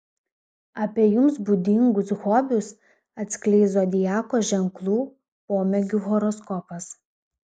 apie jums būdingus hobius atskleis zodiako ženklų pomėgių horoskopas